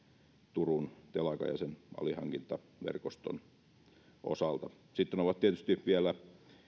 turun telakan ja sen alihankintaverkoston osalta sitten ovat tietysti vielä